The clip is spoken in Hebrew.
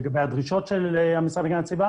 לגבי הדרישות של המשרד להגנת הסביבה